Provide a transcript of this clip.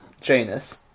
Janus